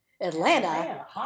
Atlanta